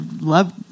love